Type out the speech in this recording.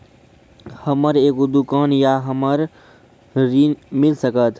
हमर एगो दुकान या हमरा ऋण मिल सकत?